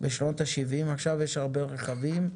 בשנות ה-70 עכשיו יש הרבה רכבים,